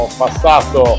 passato